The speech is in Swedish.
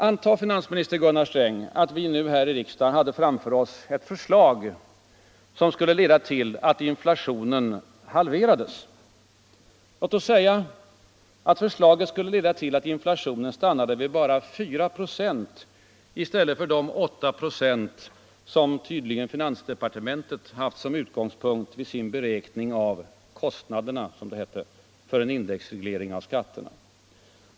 Antag, finansminister Gunnar Sträng, att vi här i riksdagen hade ett förslag framför oss som skulle halvera inflationen och leda till att inflationen stannade vid bara 4 96 i stället för vid de 8 96 som tydligen finansdepartementet haft som utgångspunkt vid sin beräkning av ”kostnaderna” för en indexreglering av skatterna.